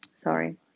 sorry